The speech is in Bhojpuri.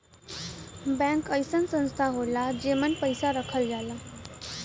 बैंक अइसन संस्था होला जेमन पैसा रखल जाला